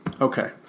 Okay